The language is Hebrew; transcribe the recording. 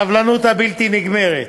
הסבלנות הבלתי-נגמרת,